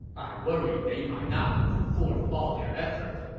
i worry they might not put forth all their effort.